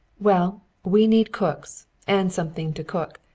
well, we need cooks, and something to cook.